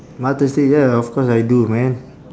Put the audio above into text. mutton steak ya of course I do man